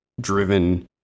driven